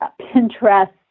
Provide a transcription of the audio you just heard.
Pinterest